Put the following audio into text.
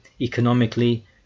economically